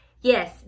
Yes